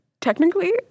technically